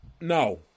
No